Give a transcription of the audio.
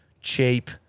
Cheap